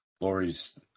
Lori's